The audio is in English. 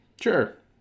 Sure